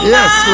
Yes